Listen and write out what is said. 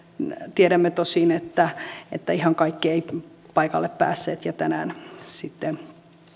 tiedämme tosin että että ihan kaikki eivät paikalle päässeet ja tänään sitten